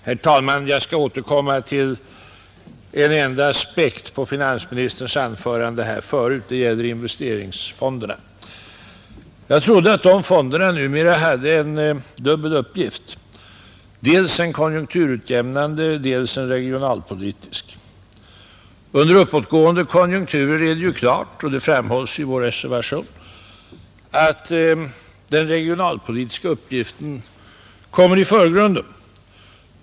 Herr talman! Jag skall återkomma till en enda aspekt på finansministerns tidigare anförande. Det gäller investeringsfonderna, Jag trodde att de fonderna numera hade en dubbel uppgift, nämligen dels en konjunkturutjämnande, dels en regionalpolitisk. Under uppåtgående konjunkturer är det klart, och det framhålles också i vår reservation, att den regionalpolitiska uppgiften kommer i förgrunden.